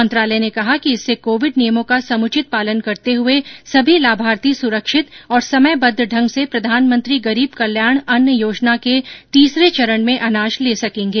मंत्रालय ने कहा कि इससे कोविड नियमों का समुचित पालन करते हए सभी लाभार्थी सुरक्षित और समयबद्ध ढंग से प्रधानमंत्री गरीब कल्याण अन्न योजना के तीसरे चरण में अनाज ले सकेंगे